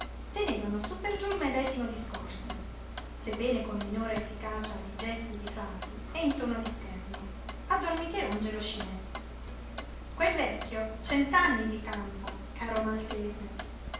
tenevano sú per giú il medesimo discorso sebbene con minore efficacia di gesti e di frasi e in tono di scherno a don michelangelo scinè quel vecchio cent'anni vi campa caro maltese